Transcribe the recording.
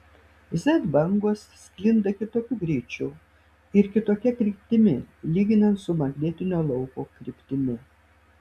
z bangos sklinda kitokiu greičiu ir kitokia kryptimi lyginant su magnetinio lauko kryptimi